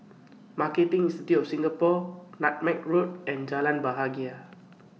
Marketing Institute of Singapore Nutmeg Road and Jalan Bahagia